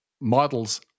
models